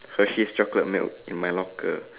Hershey's chocolate milk in my locker